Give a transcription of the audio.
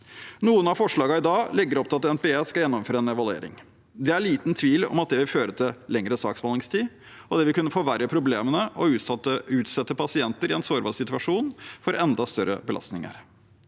Noen av forslagene i dag legger opp til at NPE skal gjennomføre en evaluering. Det er liten tvil om at det vil føre til lengre saksbehandlingstid, og det vil kunne forverre problemene og utsette pasienter i en sårbar situasjon for enda større belastninger.